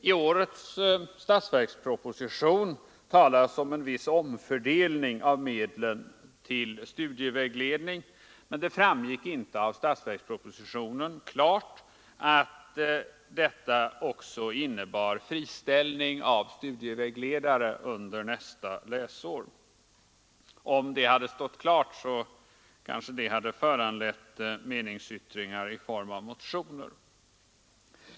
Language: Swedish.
I årets statsverksproposition talas om en viss omfördelning av medlen till studievägledning, men det framgår inte klart av statsverkspropositionen att detta också innebar friställning av studievägle dare under nästa läsår. Om det hade stått klart, hade det kanske föranlett meningsyttringar i form av motioner.